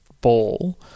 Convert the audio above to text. ball